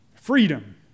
Freedom